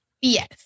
Yes